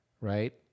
right